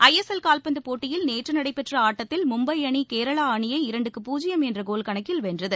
ஐ S L காவ்பந்து போடடியில் நேற்று நடைபெற்ற ஆட்டத்தில் மும்பை அணி கேரளா அணியை இரண்டுக்கு பூஜ்ஜியம் என்ற கோல் கணக்கில் வென்றது